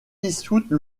dissoute